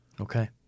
Okay